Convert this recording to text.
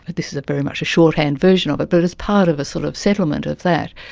ah this is very much a shorthand version of it, but as part of a sort of settlement of that,